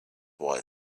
why